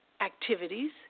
activities